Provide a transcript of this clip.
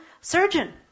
surgeon